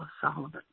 Solomon